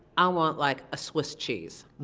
i want like a swiss cheese.